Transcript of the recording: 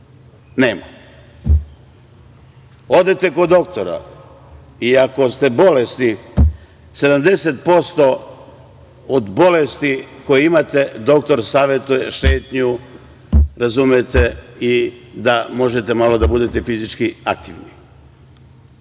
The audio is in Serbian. Nema. Odete kod doktora i ako ste bolesni, 70% od bolesti koje imate doktor savetuje šetnju i da možete malo da budete fizički aktivni. Nisam